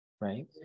right